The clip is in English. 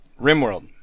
RimWorld